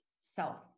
self